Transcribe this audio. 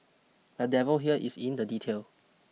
the devil here is in the detail